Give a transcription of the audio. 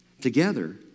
together